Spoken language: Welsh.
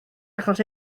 achos